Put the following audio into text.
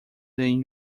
than